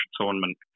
tournament